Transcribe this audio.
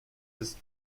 ist